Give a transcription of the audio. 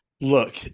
look